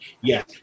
yes